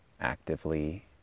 actively